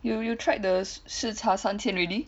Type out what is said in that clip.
you you tried the 吃茶三千 already